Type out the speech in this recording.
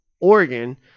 Oregon